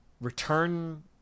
return